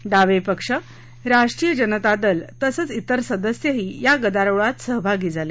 डावे पक्ष राष्ट्रीय जनता दल तसंच तिर सदस्यही या गदारोळात सहभागी झाले